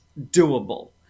doable